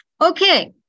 Okay